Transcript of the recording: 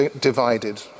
divided